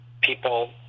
people